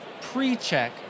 pre-check